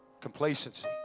complacency